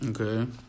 Okay